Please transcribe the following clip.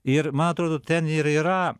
ir man atrodo ten ir yra